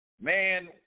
man